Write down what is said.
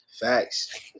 facts